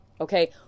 Okay